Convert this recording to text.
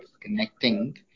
Connecting